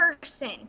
person